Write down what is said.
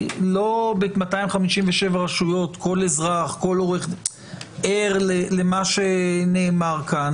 לא ב-257 רשויות כל אזרח ער למה שנאמר כאן,